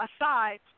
aside